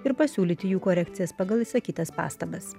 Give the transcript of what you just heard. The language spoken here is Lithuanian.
ir pasiūlyti jų korekcijas pagal išsakytas pastabas